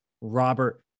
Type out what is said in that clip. robert